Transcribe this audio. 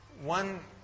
One